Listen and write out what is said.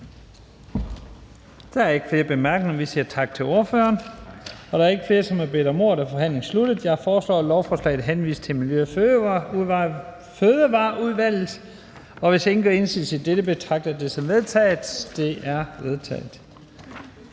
Der er ikke flere korte bemærkninger. Vi siger tak til ordføreren. Da der ikke er flere, som har bedt om ordet, er forhandlingen sluttet. Jeg foreslår, at lovforslaget henvises til Miljø- og Fødevareudvalget. Hvis ingen gør indsigelse, betragter jeg dette som vedtaget. Det er vedtaget.